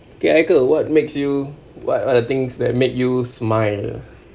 okay haikel what makes you what what are the things that make you smile